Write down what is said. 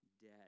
dead